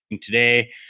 today